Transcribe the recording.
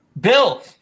bill